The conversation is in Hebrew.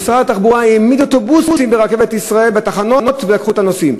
משרד התחבורה העמיד אוטובוסים בתחנות רכבת ישראל ולקחו את הנוסעים.